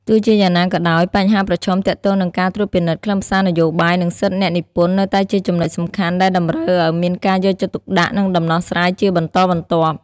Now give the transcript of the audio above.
ទោះជាយ៉ាងណាក៏ដោយ បញ្ហាប្រឈមទាក់ទងនឹងការត្រួតពិនិត្យខ្លឹមសារនយោបាយ និងសិទ្ធិអ្នកនិពន្ធនៅតែជាចំណុចសំខាន់ដែលតម្រូវឱ្យមានការយកចិត្តទុកដាក់ និងដំណោះស្រាយជាបន្តបន្ទាប់។